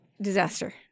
Disaster